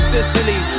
Sicily